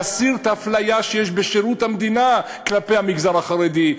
להסיר את האפליה שיש בשירות המדינה כלפי המגזר החרדי.